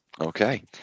Okay